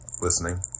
listening